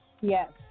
Yes